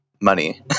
money